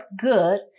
good